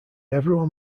everyone